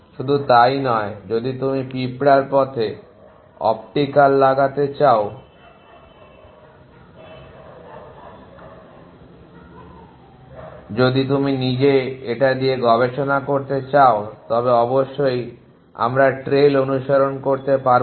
শুধু তাই নয় যদি তুমি এই পিঁপড়ার পথে অপটিক্যাল লাগাতে যাও যদি তুমি নিজে ইটা নিয়ে গবেষণা করতে চাও তবে অবশ্যই আমরা ট্রেইল অনুসরণ করতে পারব না